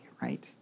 right